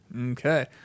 Okay